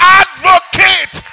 advocate